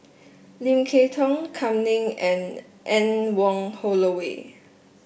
Lim Kay Tong Kam Ning and Anne Wong Holloway